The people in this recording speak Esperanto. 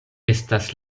estas